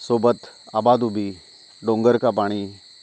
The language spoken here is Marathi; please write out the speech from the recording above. सोबत आबादुबी डोंगर का पाणी